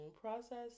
process